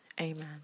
Amen